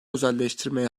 özelleştirmeye